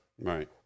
right